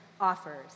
offers